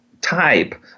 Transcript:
type